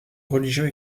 religieux